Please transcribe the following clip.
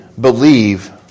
believe